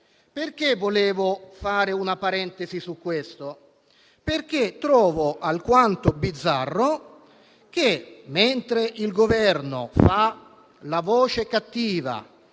generose. Volevo aprire una parentesi sul punto perché trovo alquanto bizzarro che mentre il Governo fa la voce cattiva